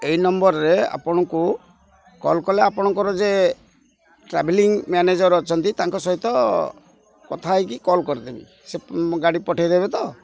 ଏଇ ନମ୍ବରରେ ଆପଣଙ୍କୁ କଲ୍ କଲେ ଆପଣଙ୍କର ଯେ ଟ୍ରାଭେଲିଂ ମ୍ୟାନେଜର୍ ଅଛନ୍ତି ତାଙ୍କ ସହିତ କଥା ହେଇକି କଲ୍ କରିଦେବି ସେ ଗାଡ଼ି ପଠାଇଦେବେ ତ